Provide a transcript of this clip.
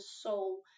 soul